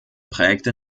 prägte